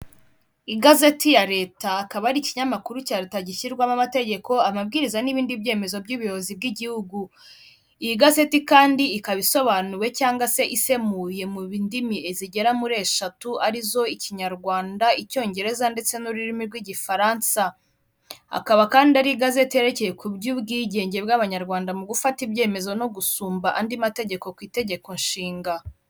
Igazeti ya leta akaba ari ikinyamakuru cya leta gishyirwamo amategeko amabwiriza n'ibindi byemezo by'ubuyobozi bw'igihugu, iyi gazeti kandi ikaba isobanuwe cyangwa se isemuye mu ndimi zigera muri eshatu arizo Ikinyarwanda, Icyongereza ndetse n'ururimi rw'Igifaransa, akaba kandi ari igazeti yerekeye ku by'ubwigenge bw'abanyarwanda mu gufata ibyemezo no gusumba andi mategeko ku itegeko nshinga.